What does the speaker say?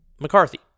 McCarthy